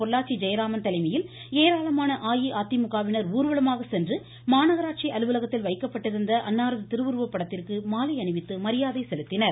பொள்ளாச்சி ஜெயராமன் தலைமையில் ஏராளமான அஇஅதிமுக வினர் ஊர்வலமாக சென்று மாநகராட்சி அலுவலகத்தில் வைக்கப்பட்டிருந்த அன்னாரது திருவுருவப்படத்திற்கு மாலை அணிவித்து மரியாதை செலுத்தினர்